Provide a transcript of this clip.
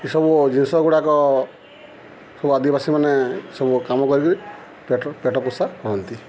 ଏସବୁ ଜିନିଷ ଗୁଡ଼ାକ ସବୁ ଆଦିବାସୀମାନେ ସବୁ କାମ କରିକିରି ପେଟ ପେଟ ପୋଷା କରନ୍ତି